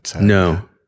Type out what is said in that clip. No